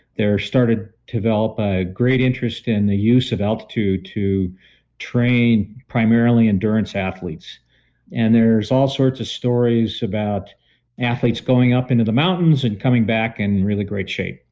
there started to develop a great interest in the use of altitude to train primarily endurance athletes and there's all sorts of stories about athletes going up into the mountains and coming back in really great shape.